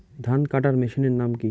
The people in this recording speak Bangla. ধান কাটার মেশিনের নাম কি?